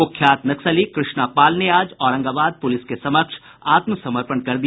कुख्यात नक्सली कृष्णा पाल ने आज औरंगाबाद पुलिस के समक्ष आत्मसमर्पण कर दिया